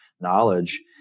knowledge